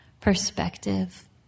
perspective